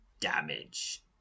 damage